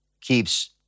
keeps